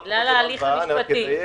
בגלל ההליך המשפטי.